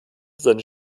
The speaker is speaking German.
seine